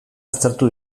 aztertu